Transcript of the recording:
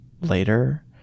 later